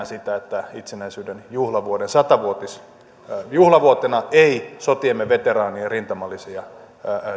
sitä että itsenäisyyden satavuotisjuhlavuotena ei sotiemme veteraanien rintamalisiä